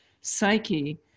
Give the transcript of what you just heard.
psyche